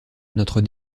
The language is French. notre